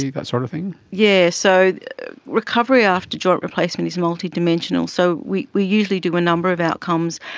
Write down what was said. that sort of thing? yes, so recovery after joint replacement is multidimensional. so we we usually do a number of outcomes.